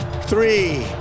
three